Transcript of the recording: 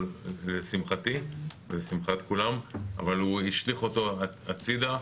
לשמחתי ולשמחת כולם אבל השליך אותו הצידה.